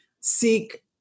seek